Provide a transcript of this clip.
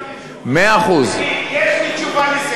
יש לי גם כן תשובה.